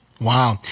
Wow